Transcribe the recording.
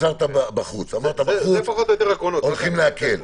אמרת ששם מקלים.